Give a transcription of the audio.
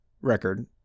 record